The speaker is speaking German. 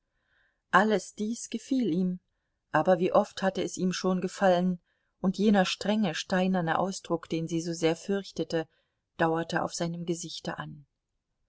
alles dies gefiel ihm aber wie oft hatte es ihm schon gefallen und jener strenge steinerne ausdruck den sie so sehr fürchtete dauerte auf seinem gesichte an